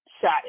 shot